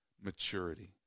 maturity